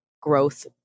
growth